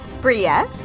Bria